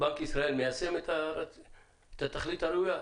בנק ישראל מיישם את התכלית הראויה?